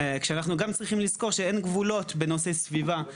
כשאנחנו גם צריכים לזכור שאין גבולות בנושא הסביבה.